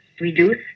reduce